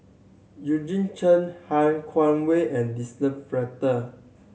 Eugene Chen Han Guangwei and Denise Fletcher